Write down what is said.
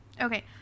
Okay